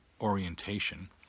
orientation